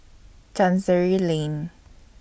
Chancery Lane